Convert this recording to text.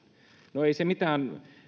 no ei se mitään